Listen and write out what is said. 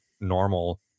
normal